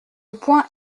point